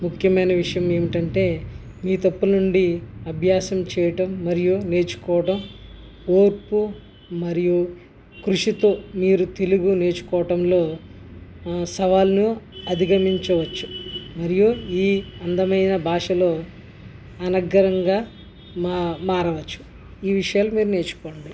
ముఖ్యమైన విషయం ఏమిటంటే మీ తప్పుల నుండి అభ్యాసం చేయటం మరియు నేర్చుకోవడం ఓర్పు మరియు కృషితో మీరు తెలుగు నేర్చుకోవడంలో ఆ సవాళ్ళు అధిగమించవచ్చు మరియు ఈ అందమైన భాషలో అనర్గళంగా మారవచ్చు ఈ విషయాలు నేర్చుకోవడమే